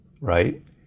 right